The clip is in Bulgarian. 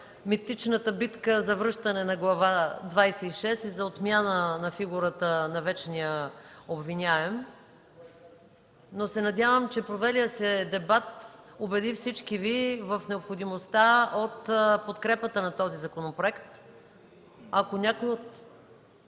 митичната битка за връщане на Глава двадесет и шест и за отмяна на фигурата на вечния обвиняем, но се надявам, че провелият се дебат убеди всички Ви в необходимостта от подкрепата на този законопроект. Ако някой от